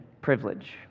Privilege